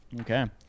Okay